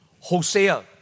Hosea